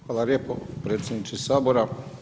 Hvala lijepo predsjedniče Sabora.